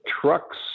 trucks